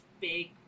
big